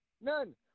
None